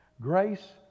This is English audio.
Grace